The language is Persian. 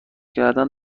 کردن